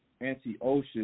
Antiochus